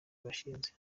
bashinze